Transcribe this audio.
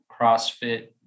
crossfit